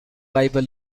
bible